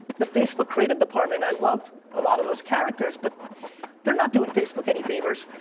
the facebook creative department, i love a lot of those characters, but they're not doing facebook any favors.